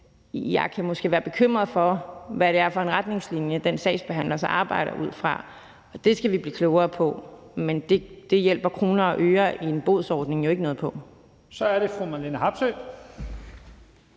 Jeg kan måske være bekymret for, hvad det er for en retningslinje, den sagsbehandler arbejder ud fra. Det skal vi blive klogere på, men det hjælper kroner og øre i en bodsordning jo ikke på. Kl. 14:43 Første